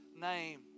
name